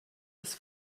des